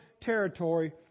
territory